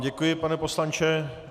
Děkuji vám, pane poslanče.